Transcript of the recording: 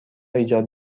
ایجاد